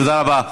תודה רבה.